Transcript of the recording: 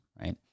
Right